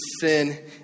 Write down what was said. sin